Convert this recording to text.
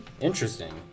Interesting